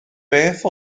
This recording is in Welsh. beth